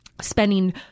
spending